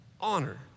honor